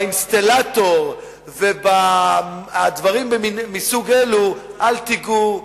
באינסטלטור ובדברים מהסוג הזה אל תיגעו.